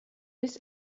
bis